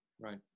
Right